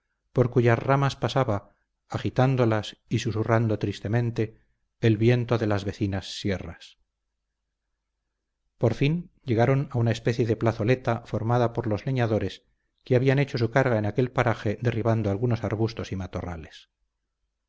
por cuyas ramas pasaba agitándolas y susurrando tristemente el viento de las vecinas sierras por fin llegaron a una especie de plazoleta formada por los leñadores que habían hecho su carga en aquel paraje derribando algunos arbustos y matorrales